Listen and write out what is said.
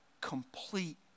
complete